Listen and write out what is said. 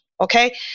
okay